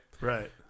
right